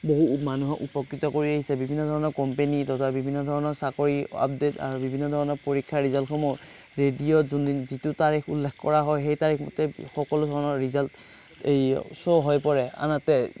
বহু মানুহক উপকৃত কৰি আহিছে বিভিন্ন ধৰণৰ কোম্পেনী তথা বিভিন্ন ধৰণৰ চাকৰিৰ আপদেট আৰু বিভিন্ন ধৰণৰ পৰীক্ষাৰ ৰিজাল্টসমূহ ৰেডিঅ'ত যোনদিনা যিটো তাৰিখ উল্লেখ কৰা হয় সেই তাৰিখমতেই সকলো ধৰণৰ ৰিজাল্ট এই শ্ব' হৈ পৰে আনহাতে